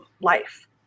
life